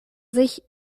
sich